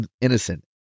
innocent